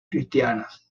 cristianas